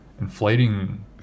inflating